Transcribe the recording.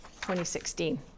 2016